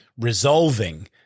resolving